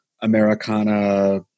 Americana